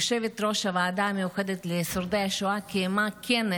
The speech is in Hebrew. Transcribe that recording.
יושבת-ראש הוועדה המיוחדת לשורדי השואה, קיימה כנס